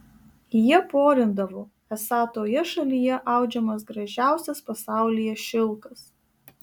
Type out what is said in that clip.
jie porindavo esą toje šalyje audžiamas gražiausias pasaulyje šilkas